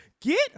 get